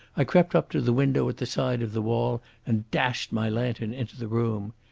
i crept up to the window at the side of the wall and flashed my lantern into the room.